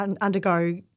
undergo